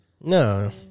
No